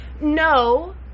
No